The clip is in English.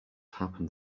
happened